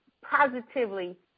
positively